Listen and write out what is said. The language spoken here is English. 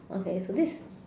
okay so this